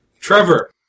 Trevor